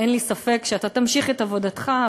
אין לי ספק שאתה תמשיך את עבודתך.